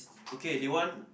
okay they want